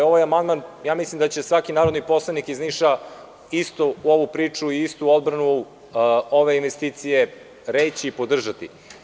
Mislim da će svaki narodni poslanik iz Niša istu ovu priču, istu odbranu ove investicije reći i podržati.